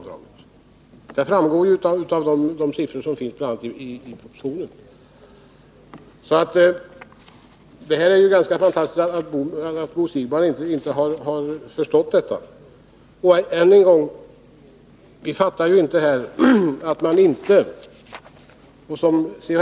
Detta framgår bl.a. av de siffror som finns i propositionen. Det är ganska fantastiskt att Bo Siegbahn inte har förstått detta. Och än en gång: Ni fattar ju inte att man här inte — vilket också C.-H.